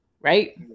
right